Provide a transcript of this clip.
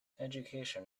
education